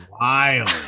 wild